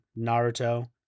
naruto